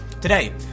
Today